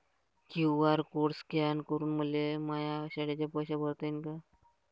QR code scan करून मले माया शाळेचे पैसे भरता येईन का?